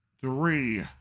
three